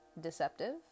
deceptive